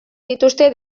dituzte